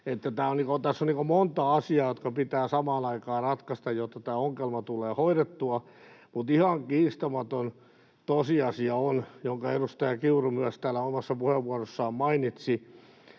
Tässä on monta asiaa, jotka pitää samaan aikaan ratkaista, jotta tämä ongelma tulee hoidettua. Mutta ihan kiistämätön tosiasia, jonka edustaja Kiuru täällä omassa puheenvuorossaan myös mainitsi,